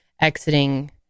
exiting